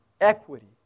equity